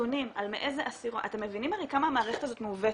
נתונים על מאיזה עשירון אתם מבינים הרי כמה המערכת הזו מעוותת.